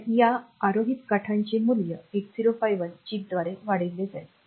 तर या आरोहित काठाचे मूल्य 8051 चिपद्वारे वाढविले जाईल